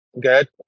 good